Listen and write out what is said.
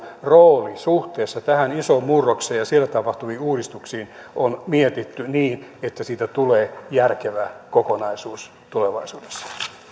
rooli suhteessa tähän isoon murrokseen ja siellä tapahtuviin uudistuksiin on mietitty niin että siitä tulee järkevä kokonaisuus tulevaisuudessa